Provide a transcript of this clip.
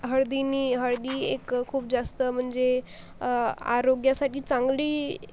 हळदीनी हळदी एक खूप जास्त म्हणजे आरोग्यासाठी चांगली